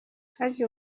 harya